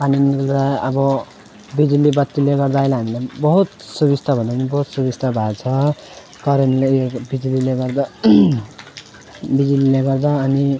पानी निस्केर अब बिजुली बत्तीले गर्दा अहिले हामीलाई बहुत सुबिस्ता भन्दा पनि बहुत सुबिस्ता भएको छ करेन्टले बिजुलीले गर्दा बिजुलीले गर्दा अनि